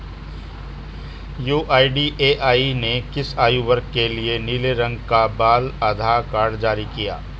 UIDAI ने किस आयु वर्ग के लिए नीले रंग का बाल आधार कार्ड जारी किया है?